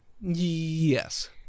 Yes